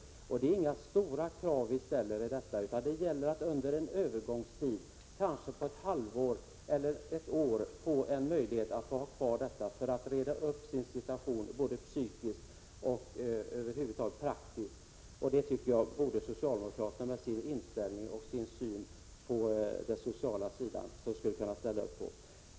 Vi ställer inga stora krav i detta sammanhang, utan det gäller att under en övergångstid på ett halvår eller ett år få en möjlighet att ha kvar detta för att både psykiskt och praktiskt reda upp sin situation. Jag tycker att socialdemokraterna med sin inställning och syn på den sociala sidan borde kunna ställa upp på detta.